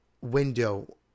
window